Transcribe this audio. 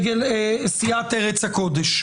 סיעת ארץ הקודש.